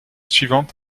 suivante